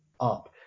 up